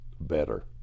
better